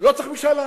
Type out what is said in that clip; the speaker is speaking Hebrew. לא צריך משאל עם.